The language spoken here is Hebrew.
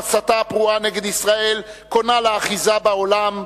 ההסתה הפרועה נגד ישראל קונה לה אחיזה בעולם,